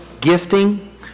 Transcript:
gifting